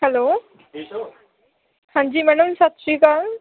hello ਹਾਂਜੀ madam ਸਤਿ ਸ਼੍ਰੀ ਅਕਾਲ